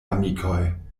amikoj